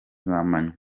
z’amanywa